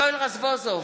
יואל רזבוזוב,